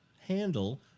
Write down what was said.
handle